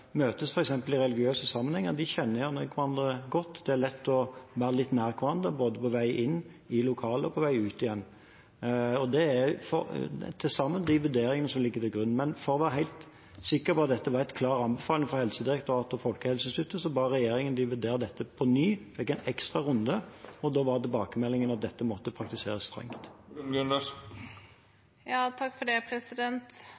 møtes f.eks. i religiøse sammenhenger, kjenner gjerne hverandre godt, og det er lett å være litt nær hverandre både på vei inn i lokalet og på vei ut igjen. Det er til sammen de vurderingene som ligger til grunn. Men for å være helt sikker på at dette var en klar anbefaling fra Helsedirektoratet og Folkehelseinstituttet, ba regjeringen dem vurdere dette på ny, det fikk en ekstra runde, og da var tilbakemeldingen at dette måtte praktiseres strengt.